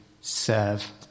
serve